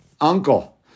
Uncle